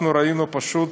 אנחנו ראינו פשוט